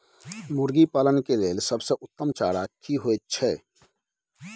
मुर्गी पालन के लेल सबसे उत्तम चारा की होयत छै?